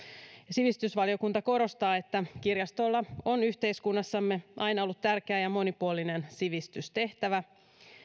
sivistysvaliokunta korostaa että kirjastoilla on yhteiskunnassamme aina ollut tärkeä ja ja monipuolinen sivistystehtävä